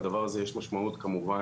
לדבר הזה יש משמעות כמובן